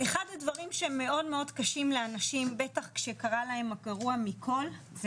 אחד הדברים שהם מאוד קשים לאנשים בטח שקרה להם הגרוע מכל זה